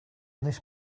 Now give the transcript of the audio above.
this